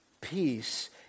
Peace